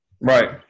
Right